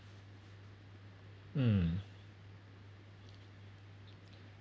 mm